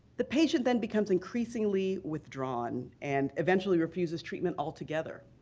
the patient then becomes increasingly withdrawn and eventually refuses treatment altogether.